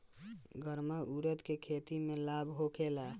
गर्मा उरद के खेती से लाभ होखे ला?